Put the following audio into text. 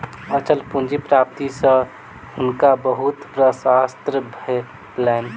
अचल पूंजी प्राप्ति सॅ हुनका बहुत प्रसन्नता भेलैन